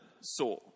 saw